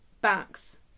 backs